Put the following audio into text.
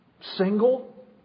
single